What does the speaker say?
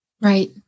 Right